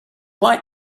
why